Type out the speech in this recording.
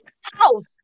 house